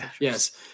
Yes